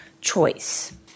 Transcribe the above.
choice